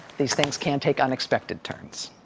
these things can take unexpected turns.